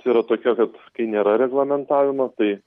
yra tokia kad kai nėra reglamentavimo tai